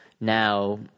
now